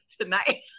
tonight